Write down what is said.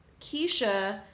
Keisha